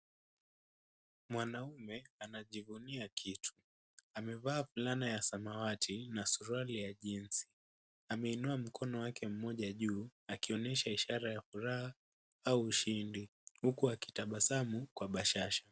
Mwanaume anajivunia kitu. Amevaa fulana ya samawati na suruali ya jeans . Ameinua mkono wake mmoja juu akionyesha ishara ya furaha au ushindi huku akitabasamu kwa bashasha.